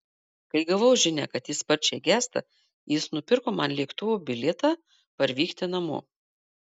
kai gavau žinią kad ji sparčiai gęsta jis nupirko man lėktuvo bilietą parvykti namo